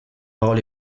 paroles